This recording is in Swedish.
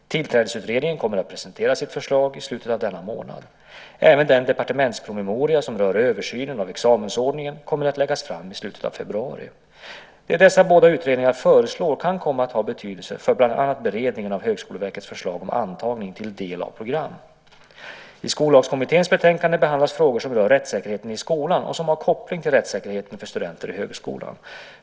Tillträdesutredningen kommer att presentera sitt förslag i slutet av denna månad. Även den departementspromemoria som rör översynen av examensordningen kommer att läggas fram i slutet av februari. Det som dessa båda utredningar föreslår kan komma att ha betydelse för bland annat beredningen av Högskoleverkets förslag om antagning till del av program. I Skollagskommitténs betänkande behandlas frågor som rör rättssäkerheten i skolan och som har koppling till rättssäkerheten för studenter i högskolan.